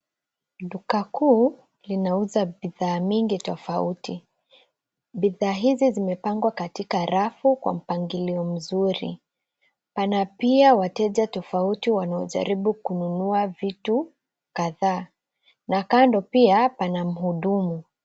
Duka kuu linauza bidhaa mingi tofauti. Bidhaa hizi zimepangwa katika rafu kwa mpangilio mzuri. Pana pia wateja tofauti wanaojaribu kununua vitu kadhaa na kando pia pana mhudumu.